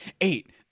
eight